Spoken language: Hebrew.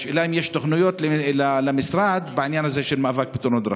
השאלה אם יש למשרד תוכניות בעניין המאבק בתאונות הדרכים.